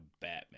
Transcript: Batman